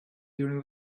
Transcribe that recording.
during